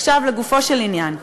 עכשיו לגופו של עניין.